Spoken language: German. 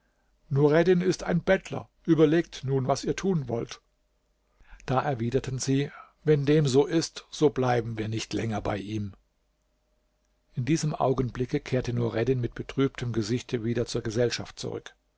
nureddin ist ein bettler überlegt nun was ihr tun wollt da erwiderten sie wenn dem so ist so bleiben wir nicht länger bei ihm in diesem augenblicke kehrte nureddin mit betrübtem gesichte wieder zur gesellschaft zurück